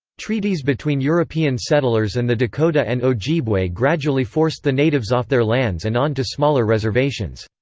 treaties between european settlers and the dakota and ojibwe gradually forced the natives off their lands and on to smaller reservations.